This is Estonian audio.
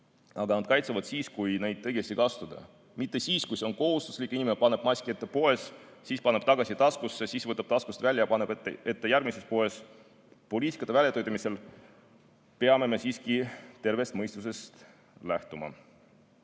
Aga need kaitsevad ainult siis, kui neid õigesti kasutada, mitte siis, kui see on kohustuslik, inimene paneb maski poes ette ja siis paneb tagasi taskusse, siis võtab taskust välja ja paneb ette järgmises poes. Poliitikate väljatöötamisel peame me siiski tervest mõistusest lähtuma.